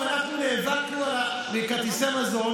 אנחנו במצב מלחמה.